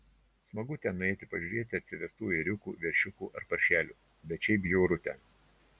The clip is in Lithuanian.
smagu ten nueiti pažiūrėti atsivestų ėriukų veršiukų ar paršelių bet šiaip bjauru ten